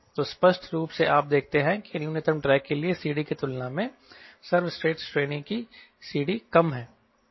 तो स्पष्ट रूप से आप देखते हैं कि न्यूनतम ड्रैग के लिए CD की तुलना में सर्वश्रेष्ठ श्रेणी की CD कम है